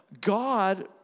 God